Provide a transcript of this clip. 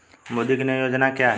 मोदी की नई योजना क्या है?